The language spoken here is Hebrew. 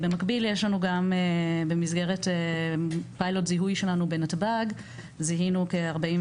במקביל יש לנו גם במסגרת פיילוט זיהוי שלנו בנתב"ג זיהינו כ-46